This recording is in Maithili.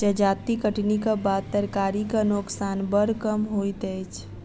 जजाति कटनीक बाद तरकारीक नोकसान बड़ कम होइत अछि